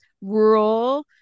rural